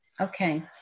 Okay